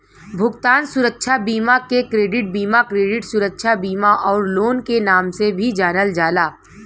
भुगतान सुरक्षा बीमा के क्रेडिट बीमा, क्रेडिट सुरक्षा बीमा आउर लोन के नाम से जानल जाला